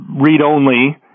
read-only